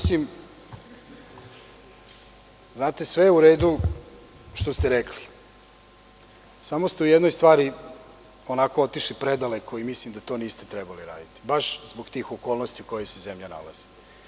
Sve je u redu što ste rekli, samo ste u jednoj stvari otišli predaleko i mislim da to niste trebali, baš zbog tih okolnosti u kojima se zemlja nalazi.